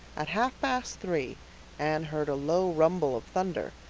at half past three anne heard a low rumble of thunder.